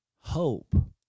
hope